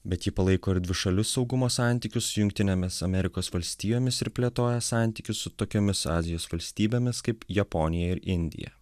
bet ji palaiko ir dvišalius saugumo santykius su jungtinėmis amerikos valstijomis ir plėtoja santykius su tokiomis azijos valstybėmis kaip japonija ir indija